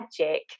magic